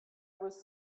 was